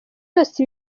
yose